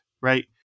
Right